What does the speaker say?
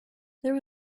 there